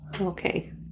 Okay